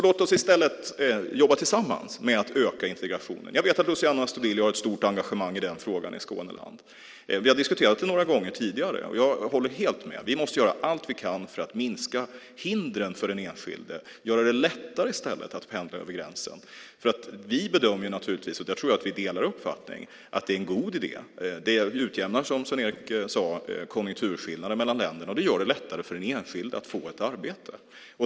Låt oss i stället jobba tillsammans med att öka integrationen. Jag vet att Luciano Astudillo har ett stort engagemang i den frågan i Skåneland. Vi har diskuterat det några gånger tidigare. Jag håller helt med. Vi måste göra allt vi kan för att minska hindren för den enskilde och göra det lättare i stället att pendla över gränsen. Vi bedömer naturligtvis, och där tror jag att vi delar uppfattning, att det är en god idé. Det utjämnar, som Sven-Erik sade, konjunkturskillnader mellan länderna, och det gör det lättare för den enskilde att få ett arbete.